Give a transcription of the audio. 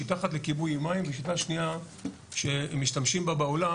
שיטה אחת לכיבוי עם מים ושיטה שניה שמשתמשים בה בעולם,